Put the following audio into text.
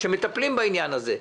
לפיה מטפלים בעניין הזה.